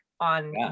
on